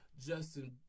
Justin